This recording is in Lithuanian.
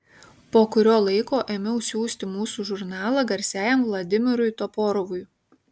po kurio laiko ėmiau siųsti mūsų žurnalą garsiajam vladimirui toporovui